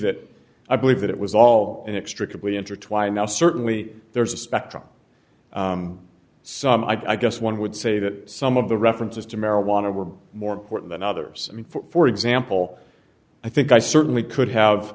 that i believe that it was all an extra couple intertwined now certainly there's a spectrum some i guess one would say that some of the references to marijuana were more important than others i mean for example i think i certainly could have